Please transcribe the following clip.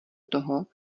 toho